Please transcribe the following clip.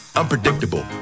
unpredictable